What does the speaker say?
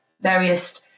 various